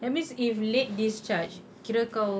that means if late discharge kira kau